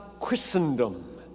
Christendom